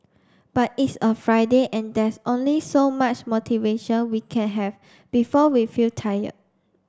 but it's a Friday and there's only so much motivation we can have before we feel tired